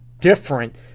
different